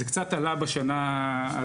זה קצת עלה בשנה הזו.